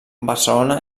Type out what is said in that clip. barcelona